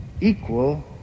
equal